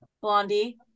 Blondie